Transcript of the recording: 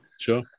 Sure